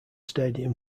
stadium